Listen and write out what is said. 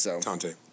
Tante